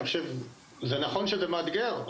אני חושב שזה נכון שזה מאתגר,